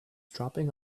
dropping